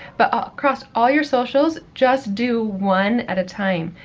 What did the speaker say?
but across all your socials, just do one at a time,